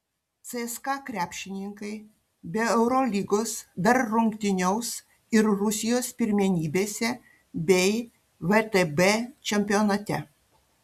cska krepšininkai be eurolygos dar rungtyniaus ir rusijos pirmenybėse bei vtb čempionate